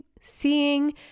seeing